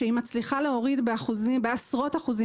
שהיא מצליחה להוריד בעשרות אחוזים